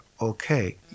okay